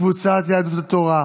קבוצת סיעת יהדות התורה,